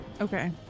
Okay